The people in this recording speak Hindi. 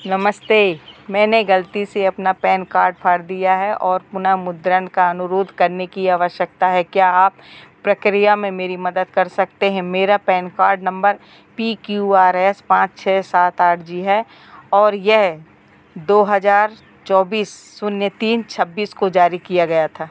नमस्ते मैंने गलती से अपना पैन कार्ड फाड़ दिया है और पुनर्मुद्रण का अनुरोध करने की आवश्यकता है क्या आप प्रक्रिया में मेरी मदद कर सकते हैं मेरा पैन कार्ड नम्बर पी क्यू आर एस पाँच छह सात आठ जी है और यह दो हज़ार चौबीस शून्य तीन छब्बीस को जारी किया गया था